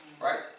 right